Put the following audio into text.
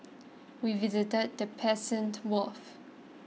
we visited the Persian Gulf